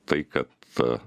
tai kad